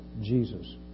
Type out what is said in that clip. Jesus